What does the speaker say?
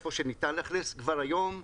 איפה שניתן לאכלס כבר היום,